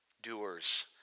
Doers